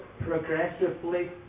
progressively